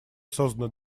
созданы